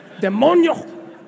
Demonio